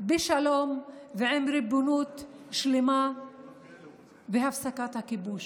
בשלום ועם ריבונות שלמה והפסקת הכיבוש.